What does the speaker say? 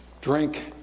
drink